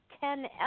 ten